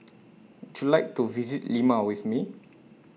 Would YOU like to visit Lima with Me